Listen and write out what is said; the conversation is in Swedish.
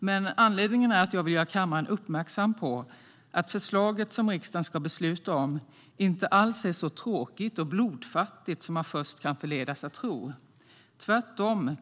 Men anledningen är att jag vill göra kammaren uppmärksam på att förslaget som riksdagen ska besluta om inte alls är så tråkigt och blodfattigt som man först kan förledas att tro - tvärtom.